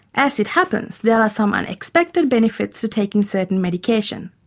as it happens, there are some unexpected benefits to taking certain medication.